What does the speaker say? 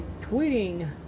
tweeting